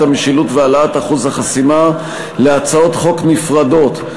המשילות והעלאת אחוז החסימה) להצעות חוק נפרדות,